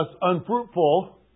unfruitful